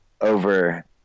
over